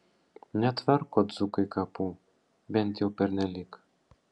netvarko dzūkai kapų bent jau pernelyg